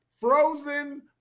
Frozen